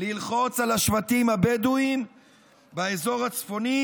"ללחוץ על השבטים הבדואיים באזור הצפוני